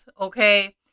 okay